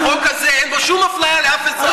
החוק הזה, אין בו שום אפליה של אף אחד.